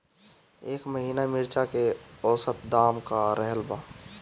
एह महीना मिर्चा के औसत दाम का रहल बा?